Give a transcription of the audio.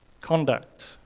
Conduct